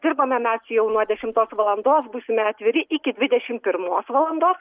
dirbame mes jau nuo dešimtos valandos būsime atviri iki dvidešim pirmos valandos